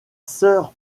sœurs